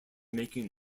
making